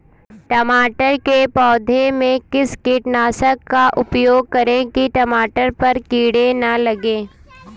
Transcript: टमाटर के पौधे में किस कीटनाशक का उपयोग करें कि टमाटर पर कीड़े न लगें?